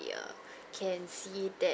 err can see that